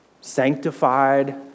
sanctified